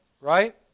Right